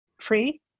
free